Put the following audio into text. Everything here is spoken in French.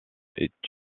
est